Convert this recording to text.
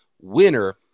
winner